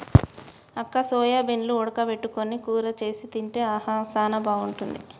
అక్క సోయాబీన్లు ఉడక పెట్టుకొని కూర సేసి తింటే ఆహా సానా బాగుంటుంది